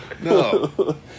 no